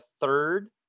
third